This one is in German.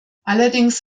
allerdings